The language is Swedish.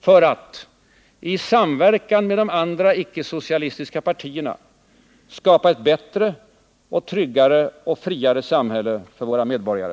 för att — i samverkan med de andra icke-socialistiska partierna — skapa ett bättre, tryggare och friare samhälle för våra medborgare.